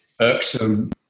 irksome